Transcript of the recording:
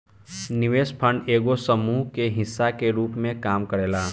निवेश फंड एगो समूह के हिस्सा के रूप में काम करेला